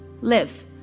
live